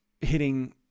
hitting